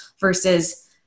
versus